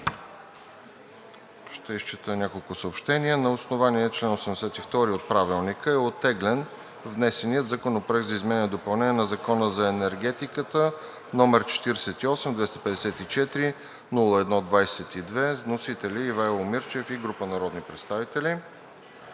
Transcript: Ще изчета няколко съобщения: На основание чл. 82 от Правилника е оттеглен внесеният Законопроект за изменение и допълнение на Закона за енергетиката, № 48-254-01-22. Вносители са Ивайло Мирчев и група народни представители.